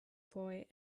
boy